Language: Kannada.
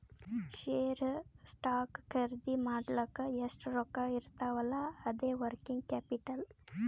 ಶೇರ್, ಸ್ಟಾಕ್ ಖರ್ದಿ ಮಾಡ್ಲಕ್ ಎಷ್ಟ ರೊಕ್ಕಾ ಇರ್ತಾವ್ ಅಲ್ಲಾ ಅದೇ ವರ್ಕಿಂಗ್ ಕ್ಯಾಪಿಟಲ್